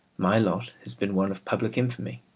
my lot has been one of public infamy,